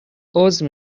عذر